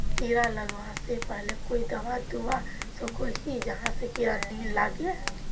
कीड़ा लगवा से पहले कोई दाबा दुबा सकोहो ही जहा से कीड़ा नी लागे?